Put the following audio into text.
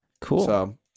Cool